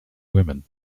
women